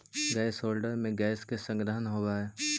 gas holder में gas के संग्रहण होवऽ हई